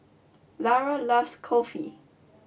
Lara loves Kulfi